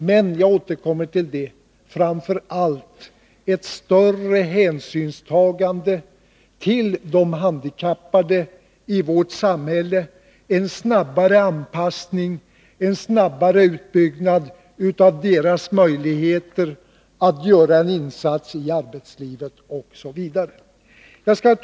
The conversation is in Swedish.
Men — jag återkommer till det — framför allt är det viktigt med ett större hänsynstagande till de handikappade i vårt samhälle, en snabbare anpassning och en snabbare utbyggnad av deras möjligheter att göra en insats i arbetslivet osv. Herr talman!